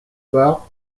part